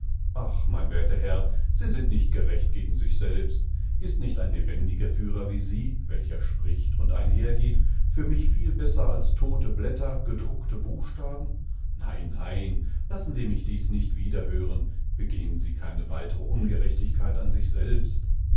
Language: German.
ach meinwerterherr sie sind nicht gerecht gegen sich selbst ist nicht ein lebendiger führer wie sie welcher spricht und einhergeht für mich viel besser als tote blätter gedruckte buchstaben nein nein lassen sie mich dies nicht wieder hören begehen sie keine weitere ungerechtigkeitansichselbst